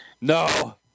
no